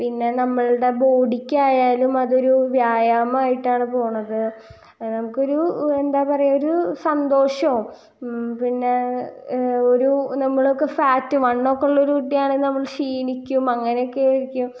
പിന്നെ നമ്മളുടെ ബോഡിക്കായാലും അതൊരു വ്യായാമവായിട്ടാണ് പോകുന്നത് നമക്കൊരു എന്താ പറയുക ഒരു സന്തോഷവും പിന്നെ ഒരു നമ്മളൊക്കെ ഫാറ്റ് വണ്ണമൊക്കെയുള്ളൊരു കുട്ടിയാണെൽ നമ്മള് ക്ഷീണിക്കും അങ്ങനൊക്കെ ആയിരിക്കും